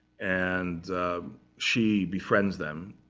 and she befriends them.